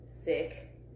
sick